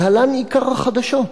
להלן עיקר החדשות: